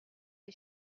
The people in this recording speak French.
des